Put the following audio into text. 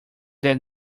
that